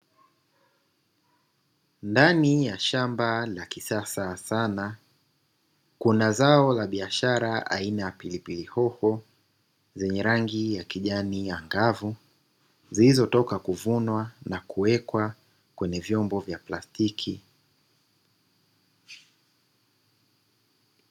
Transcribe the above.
Ndani ya shamba la kisasa sana, kuna zao la biashara aina ya pilipili hoho, zenye rangi ya kijani angavu, zilizotoka kuvunwa na kuwekwa kwenye vyombo vya plastiki.